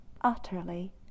utterly